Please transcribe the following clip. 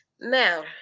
Now